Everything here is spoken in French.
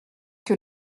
que